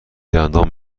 دندان